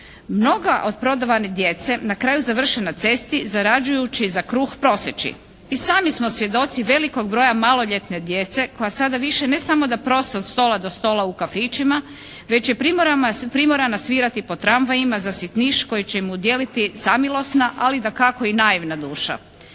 Mnoga od prodavane djece na kraju završe na cesti zarađujući za kruh proseći. I sami smo svjedoci velikog broja maloljetne djece koja sada više ne samo da prose od stola do stola u kafićima već je primorana svirati po tramvajima za sitniš koji će mu udijeliti samilosna ali dakako i naivna duša.